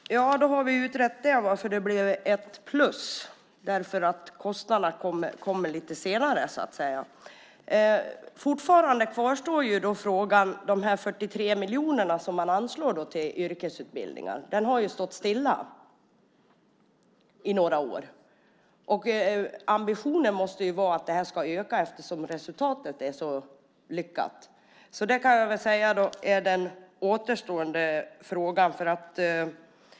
Herr talman! Då har vi rett ut varför det blev ett plus. Det beror på att kostnaderna kommer lite senare. Men fortfarande kvarstår frågan om dessa 43 miljoner som man anslår till yrkesutbildningar. Den siffran har stått stilla i några år. Ambitionen måste ju vara att den ska öka eftersom resultatet är så lyckat. Det är den återstående frågan.